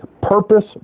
purpose